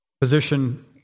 position